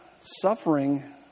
suffering